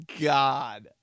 god